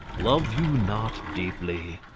love you not deeply?